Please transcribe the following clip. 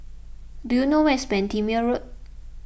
do you know where is Bendemeer Road